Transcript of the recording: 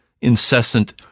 incessant